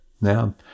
now